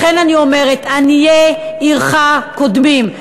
לכן אני אומרת: עניי עירך קודמים.